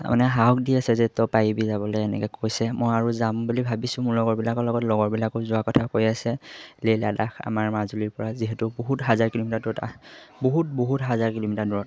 মানে সাহস দি আছে যে ত' পাৰিবি যাবলে এনেকে কৈছে মই আৰু যাম বুলি ভাবিছোঁ মোৰ লগৰবিলাকৰ লগত লগৰবিলাকো যোৱাৰ কথা কৈ আছে যে লাডাখ আমাৰ মাজুলীৰ পৰা যিহেতু বহুত হাজাৰ কিলোমিটাৰ দূৰত বহুত বহুত হাজাৰ কিলোমিটাৰ দূৰত